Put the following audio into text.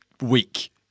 week